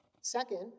Second